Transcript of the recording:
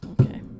Okay